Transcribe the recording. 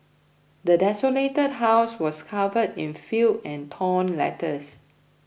the desolated house was covered in filth and torn letters